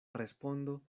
respondo